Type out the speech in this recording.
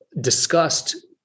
discussed